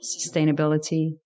sustainability